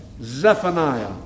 Zephaniah